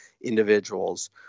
individuals